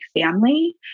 family